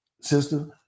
sister